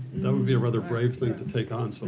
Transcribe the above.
that would be a rather brave thing to take on. so